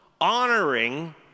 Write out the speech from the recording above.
honoring